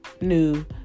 new